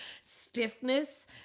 stiffness